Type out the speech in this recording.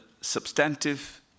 substantive